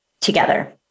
together